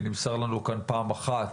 נמסר לנו פעם אחת